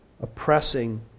Oppressing